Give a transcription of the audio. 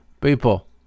people